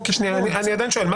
לבין